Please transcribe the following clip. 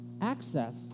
access